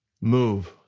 move